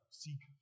seek